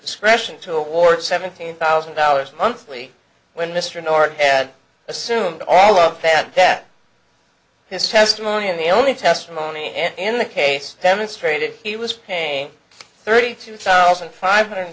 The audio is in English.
discretion to award seventeen thousand dollars monthly when mr norton assumed all of that his testimony and the only testimony in the case demonstrated he was paying thirty two thousand five hundred